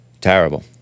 terrible